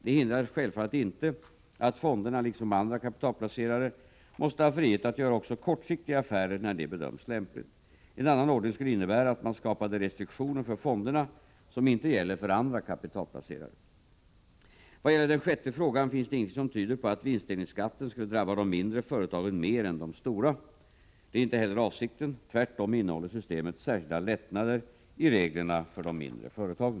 Det hindrar självfallet inte att fonderna liksom andra kapitalplacerare måste ha frihet att göra också kortsiktiga affärer när det bedöms lämpligt. En annan ordning skulle innebära att man skapade restriktioner för fonderna som inte gäller för andra kapitalplacerare. Vad gäller den sjätte frågan finns det ingenting som tyder på att vinstdelningsskatten skulle drabba de mindre företagen mer än de stora. Detta är inte heller avsikten. Tvärtom innehåller systemet särskilda lättnader i reglerna för de mindre företagen.